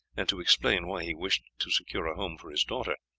and to explain why he wished to secure a home for his daughter.